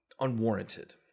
unwarranted